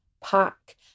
pack